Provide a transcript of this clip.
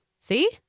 See